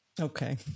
Okay